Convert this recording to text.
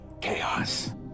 Chaos